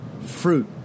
fruit